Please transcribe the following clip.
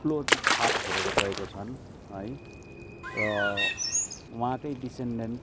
ठुलो छाप छोडेर गएको छन् है र उहाँकै डिसेन्डेन्ट